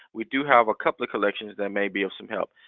we do have a couple of collections that may be of some help.